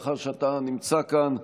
מאחר שאתה נמצא כאן,